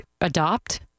adopt